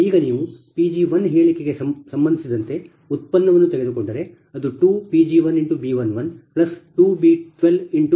ಈಗ ನೀವು P g1 ಹೇಳಿಕೆಗೆ ಸಂಬಂಧಿಸಿದಂತೆ ಉತ್ಪನ್ನವನ್ನು ತೆಗೆದುಕೊಂಡರೆ ಅದು 2Pg1B112B12Pg2 ಪದವು ಇರುತ್ತದೆ